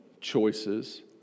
choices